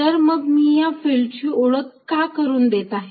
तर मग मी या फिल्डची ओळख का करून देत आहे